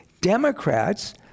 Democrats